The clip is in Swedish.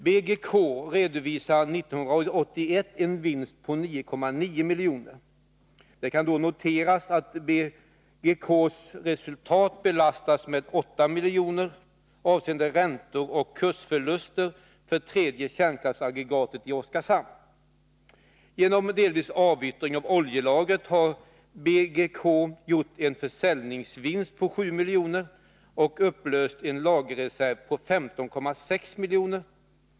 BGK redovisade 1981 en vinst på 9,9 milj.kr. Det kan noteras att BGK:s resultat belastas med 8 milj.kr. avseende räntor och kursförluster för 3:e kärnkraftsaggregatet i Oskarshamn. Genom delvis avyttring av oljelager har BGK gjort en försäljningsvinst på 7 miljoner och har upplöst lagerreserver med 15,6 miljoner.